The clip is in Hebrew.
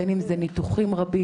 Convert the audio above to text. בין אם אלה ניתוחים רבים,